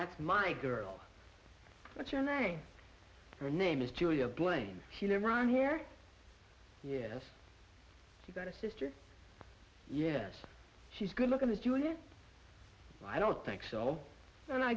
that's my girl what's your name your name is julia blaine she never on here yes you got a sister yes she's good looking at you if i don't think so and i